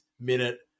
minute